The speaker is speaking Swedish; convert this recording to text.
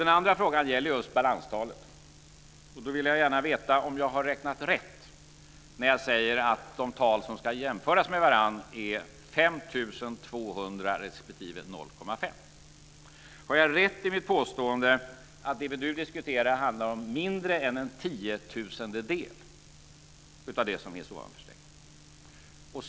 Den andra frågan gäller balanstalet. Då vill jag gärna veta om jag har räknat rätt när jag säger att de tal som ska jämföras med varandra är 5 200 och 0,5. Har jag rätt i mitt påstående att det vi nu diskuterar handlar om mindre än en tiotusendedel av det som är ovanför strecket?